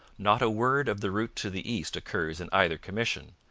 not a word of the route to the east occurs in either commission,